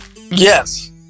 Yes